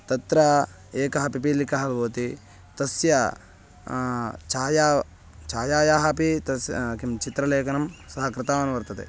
तत्र एकः पिपीलिकः भवति तस्य छाया छायायाः अपि तस्य किं चित्रलेखनं सः कृतवान् वर्तते